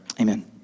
amen